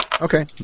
Okay